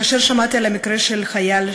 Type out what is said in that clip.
כאשר שמעתי על המקרה של חייל